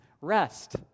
rest